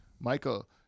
Michael